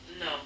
No